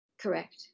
Correct